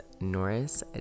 Norris